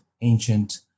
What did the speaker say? ancient